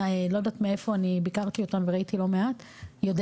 לא יודעת מאיפה - אני ביקרתי אותם וראיתי לא מעט - יודע